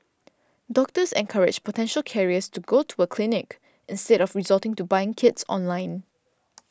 doctors encouraged potential carriers to go to a clinic instead of resorting to buying kits online